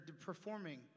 performing